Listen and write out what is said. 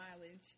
mileage